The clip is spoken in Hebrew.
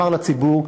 לציבור: